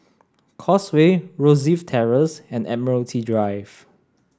Causeway Rosyth Terrace and Admiralty Drive